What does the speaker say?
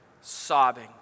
Sobbing